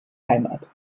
heimat